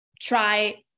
try